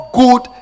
good